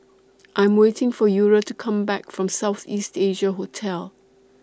I Am waiting For Eura to Come Back from South East Asia Hotel